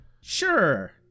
Sure